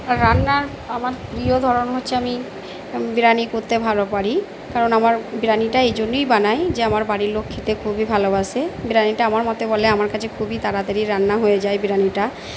রান্নার আমার প্রিয় ধরন হচ্ছে আমি বিরিয়ানি করতে ভালো পারি কারণ আমার বিরিয়ানিটা এই জন্যেই বানাই যে আমার বাড়ির লোক খেতে খুবই ভালোবাসে বিরিয়ানিটা আমার মতে বলে আমার কাছে খুবই তাড়াতাড়ি রান্না হয়ে যায় বিরিয়ানিটা